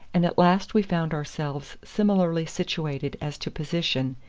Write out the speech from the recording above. and at last we found ourselves similarly situated as to position,